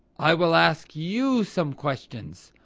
i will ask you some questions.